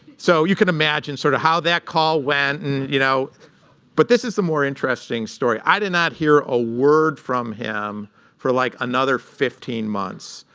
so you can imagine sort of how that call went. and you know but this is the more interesting story i did not hear a word from him for like another fifteen months,